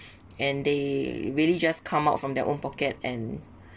and they really just come out from their own pocket and